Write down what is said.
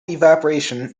evaporation